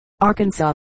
Arkansas